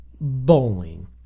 bowling